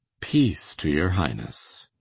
peace to your highnesse